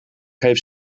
heeft